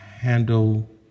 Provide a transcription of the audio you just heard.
handle